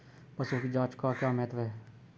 पशुओं की जांच का क्या महत्व है?